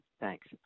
Thanks